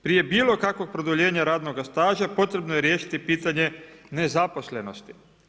Prije bilokakvog produljenja radnoga staža, potrebno je riješiti pitanje nezaposlenosti.